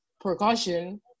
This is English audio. precaution